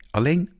Alleen